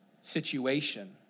situation